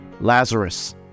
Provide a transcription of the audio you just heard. Lazarus